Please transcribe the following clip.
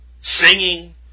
singing